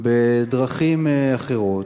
בדרכים אחרות: